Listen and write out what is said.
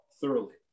thoroughly